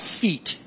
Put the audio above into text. feet